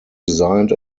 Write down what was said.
designed